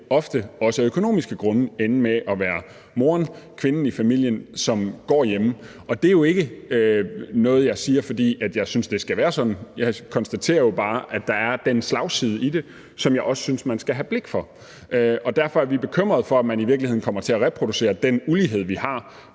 ofte, også af økonomiske grunde, ende med at være moren, kvinden i familien, som går hjemme. Og det er jo ikke noget, jeg siger, fordi jeg synes, det skal være sådan. Jeg konstaterer jo bare, at der er den slagside i det, som jeg også synes man skal have blik for. Og derfor er vi bekymrede for, om man i virkeligheden kommer til at reproducere den ulighed, vi har